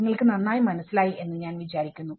നിങ്ങൾക്ക് നന്നായി മനസ്സിലായി എന്ന് ഞാൻ വിചാരിക്കുന്നു